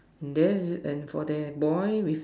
then and for that boy with